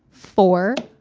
four